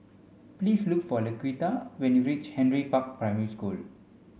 please look for Laquita when you reach Henry Park Primary School